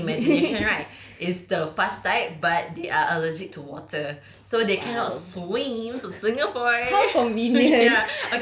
okay says my imagination right is the fast type but they are allergic to water so they cannot swim to singapore